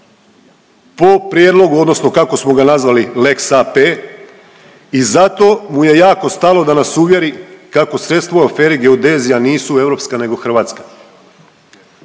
po prijedlogu odnosno kako smo ga nazvali lex AP i zato mu je jako stalo da nas uvjeri kako sredstva u aferi Geodezija nisu Europska nego Hrvatska.